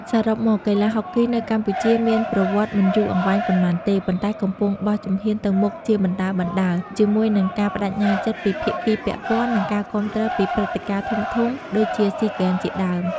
សរុបមក កីឡាហុកគីនៅកម្ពុជាមានប្រវត្តិមិនយូរអង្វែងប៉ុន្មានទេ ប៉ុន្តែកំពុងបោះជំហានទៅមុខជាបណ្ដើរៗ ជាមួយនឹងការប្ដេជ្ញាចិត្តពីភាគីពាក់ព័ន្ធ និងការគាំទ្រពីព្រឹត្តិការណ៍ធំៗដូចជាស៊ីហ្គេមជាដើម។